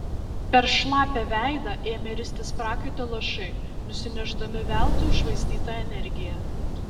per šlapią veidą ėmė ristis prakaito lašai nusinešdami veltui iššvaistytą energiją